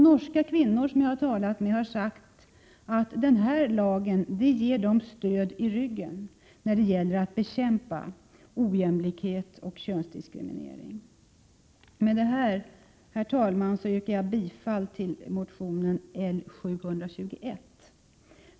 Norska kvinnor som jag har talat med har sagt att denna lag ger dem stöd i ryggen när det gäller att bekämpa ojämlikhet och könsdiskriminering. Med detta, herr talman, yrkar jag bifall till motionen L721.